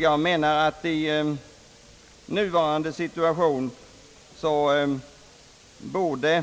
Jag menar att den hemställan som gjorts i nuvarande situation borde